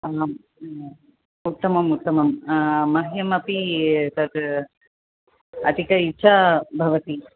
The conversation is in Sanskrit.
आमाम् उत्तमम् उत्तमम् मह्यमपि तत् अधिक इच्छा भवति